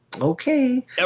Okay